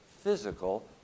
physical